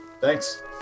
thanks